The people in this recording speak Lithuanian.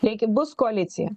taigi bus koalicija